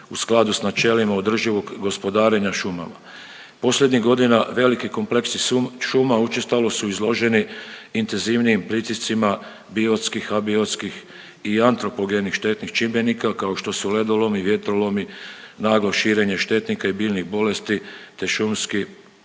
u skladu s načelima održivog gospodarenja šumama. Posljednjih godina veliki kompleksi šuma, učestalo su izloženi intenzivnijim pritiscima biotskih, abiotskih i antropogenih štetnih čimbenika kao što su ledolomi, vjetrolomi, naglo širenje štetnika i biljnih bolesti te šumski